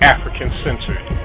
African-centered